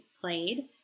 played